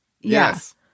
Yes